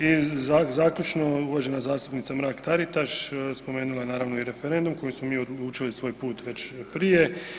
I zaključno, uvažena zastupnica Mrak Taritaš spomenula je naravno i referendum kojim smo mi odlučili svoj put već prije.